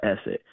asset